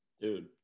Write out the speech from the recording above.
Dude